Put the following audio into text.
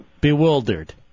Bewildered